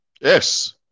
Yes